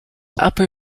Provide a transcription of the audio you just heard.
upper